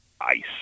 ice